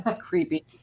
creepy